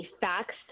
facts